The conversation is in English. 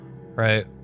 right